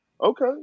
okay